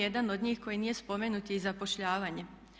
Jedan od njih koji nije spomenut je i zapošljavanje.